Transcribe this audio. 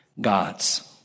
God's